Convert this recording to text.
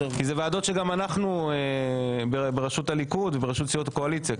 כי אלה ועדות שגם אנחנו בראשות הליכוד ובראשות סיעות הקואליציה,